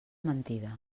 mentida